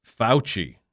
Fauci